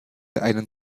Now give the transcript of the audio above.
einen